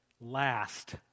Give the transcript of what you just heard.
last